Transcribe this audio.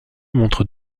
montre